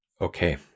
okay